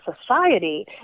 society